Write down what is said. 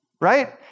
right